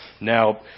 Now